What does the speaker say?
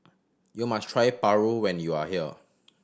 you must try paru when you are here